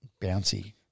Bouncy